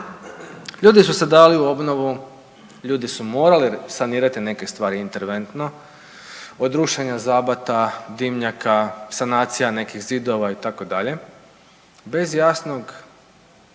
Ljudi su se dali u obnovu, ljudi su morali sanirati neke stvari interventno od rušenja zabata, dimnjaka, sanacija nekih zidova itd. bez jasnog